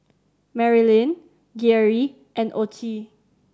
Marilynn Geary and Ocie